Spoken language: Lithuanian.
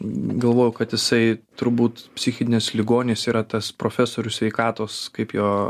galvojau kad jisai turbūt psichinis ligonis yra tas profesorius sveikatos kaip jo